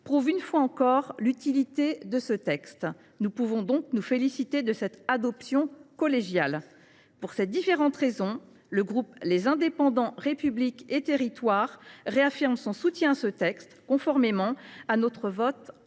prouve une fois encore l’utilité de celui ci et nous pouvons nous féliciter de son adoption collégiale. Pour ces différentes raisons, le groupe Les Indépendants République et Territoires réaffirme son soutien à ce texte, conformément à notre vote en